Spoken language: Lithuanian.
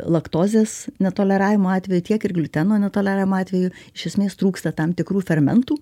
laktozės netoleravimo atveju tiek ir gliuteno netoleravimo atveju iš esmės trūksta tam tikrų fermentų